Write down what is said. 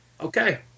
Okay